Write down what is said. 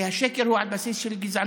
כי השקר הוא על בסיס של גזענות.